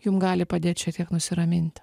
jum gali padėt šiek tiek nusiraminti